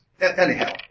anyhow